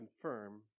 confirm